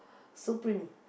Supreme